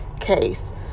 case